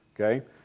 okay